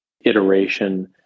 iteration